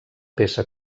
peça